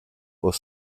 aux